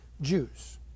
Jews